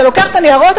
אתה לוקח את הניירות,